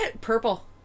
purple